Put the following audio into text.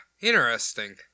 interesting